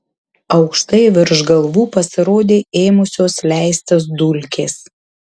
aukštai virš galvų pasirodė ėmusios leistis dulkės